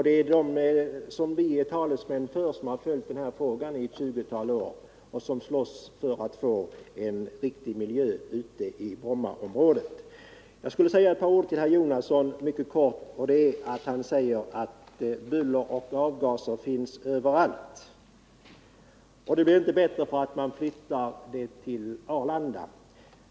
Det gäller här de personer som i 20 år slagits för en bättre miljö i Brommaområdet, personer som jag är talesman för. Nr 128 Herr Jonasson sade att det finns buller och avgaser överallt och att Tisdagen den det inte blir bättre därför att man flyttar dessa olägenheter till Arlanda.